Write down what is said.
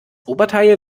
oberteil